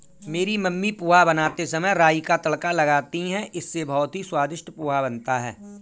मेरी मम्मी पोहा बनाते समय राई का तड़का लगाती हैं इससे बहुत ही स्वादिष्ट पोहा बनता है